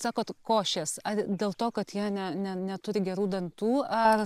sakot košės ar dėl to kad jie ne ne neturi gerų dantų ar